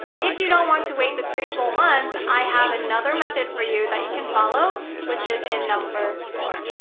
if you don't want to wait the three full months, i have another method for you that you can follow which is in number four.